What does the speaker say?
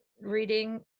reading